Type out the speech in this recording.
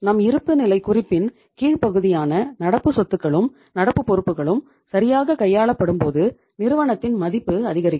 நம் இருப்புநிலை குறிப்பின் கீழ் பகுதியான நடப்பு சொத்துக்களும் நடப்பு பொறுப்புகளும் சரியாக கையாளப்படும் போது நிறுவனத்தின் மதிப்பு அதிகரிக்கும்